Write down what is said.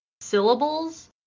syllables